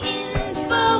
info